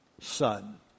son